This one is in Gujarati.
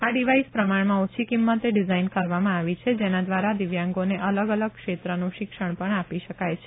આ ડિવાઇસ પ્રમાણમાં ઓછી કિંમતે ડિઝાઇન કરવામાં આવી છે જેના દ્વારા દિવ્યાંગોને અલગ અલગ ક્ષેત્રનું શિક્ષણ પણ આપી શકાય છે